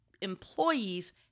employees